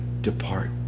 Depart